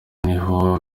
niko